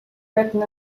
written